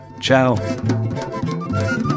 Ciao